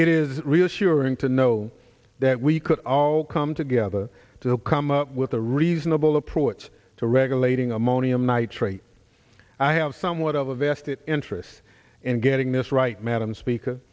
is reassuring to know that we could all come together to come up with a reasonable approach to regulating ammonium nitrate i have somewhat of a vested interest in getting this right madam speaker